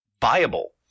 viable